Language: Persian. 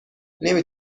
نمی